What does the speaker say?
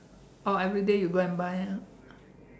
oh everyday you go and buy ah